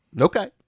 Okay